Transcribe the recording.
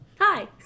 Hi